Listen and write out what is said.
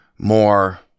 more